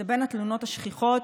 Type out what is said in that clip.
זה בין התלונות השכיחות.